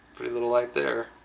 pretty little light there.